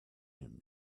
him